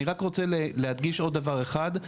אני רק רוצה להדגיש עוד דבר אחד.